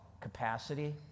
capacity